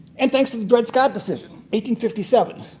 and thanks to the dred scott decision fifty seven,